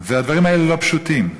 והדברים האלה לא פשוטים.